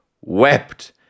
wept